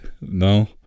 no